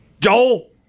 Joel